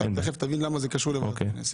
תיכף תבין למה זה קשור לוועדת הכנסת.